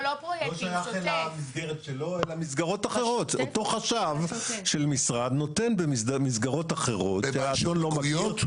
אותו חשב של משרד נותן במסגרות אחרות מקדמות.